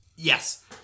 Yes